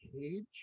Cage